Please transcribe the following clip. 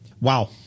Wow